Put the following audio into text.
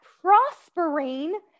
prospering